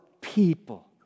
people